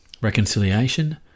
reconciliation